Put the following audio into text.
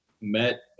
met